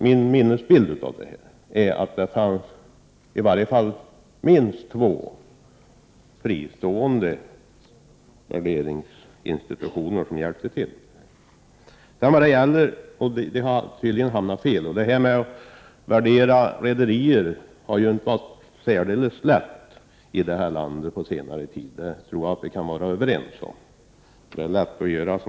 Min minnesbild av det hela är att det fanns i varje fall minst två fristående värderingsinstitutioner som hjälpte till. Vi har tydligen hamnat fel. Att värdera rederier har inte varit särdeles lätt i det här landet på senare tid. Det tror jag att vi kan vara överens om.